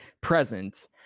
present